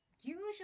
usually